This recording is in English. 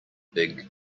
big